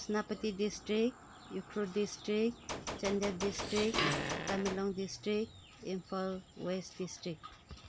Senapati district Ukhrul district Chandel district Tamenglong district Imphal west district